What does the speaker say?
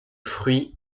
fruit